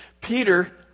Peter